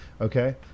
Okay